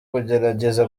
kugerageza